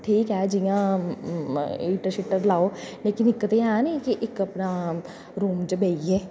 ठीक ऐ जियां हीटर शीटर लाओ लेकिन इक ते ऐ निं कि इक अपना रूम च बेहियै